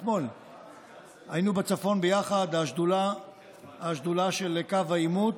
אתמול היינו בצפון ביחד, השדולה של קו העימות.